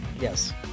Yes